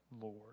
Lord